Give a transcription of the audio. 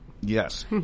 Yes